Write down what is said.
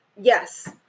Yes